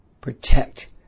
protect